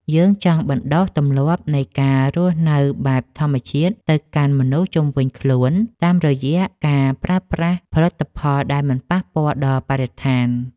យើងចង់បណ្ដុះទម្លាប់នៃការរស់នៅបែបធម្មជាតិ ទៅកាន់មនុស្សជុំវិញខ្លួនតាមរយៈការប្រើប្រាស់ផលិតផលដែលមិនប៉ះពាល់ដល់បរិស្ថាន។